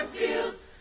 is